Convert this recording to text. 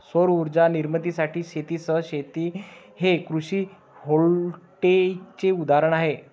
सौर उर्जा निर्मितीसाठी शेतीसह शेती हे कृषी व्होल्टेईकचे उदाहरण आहे